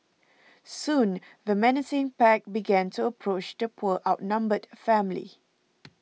soon the menacing pack began to approach the poor outnumbered family